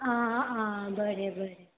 आं आं बरें बरें